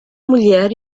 mulher